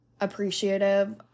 appreciative